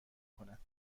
کند